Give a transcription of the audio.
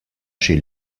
chez